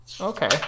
Okay